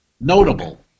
notable